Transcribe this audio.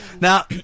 now